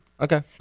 Okay